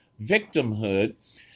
victimhood